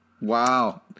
Wow